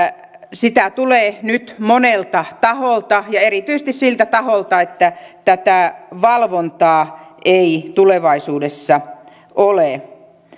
sitä tulee nyt monelta taholta ja erityisesti siltä taholta että tätä valvontaa ei tulevaisuudessa ole